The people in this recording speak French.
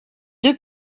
deux